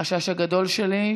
החשש הגדול שלי,